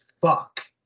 fuck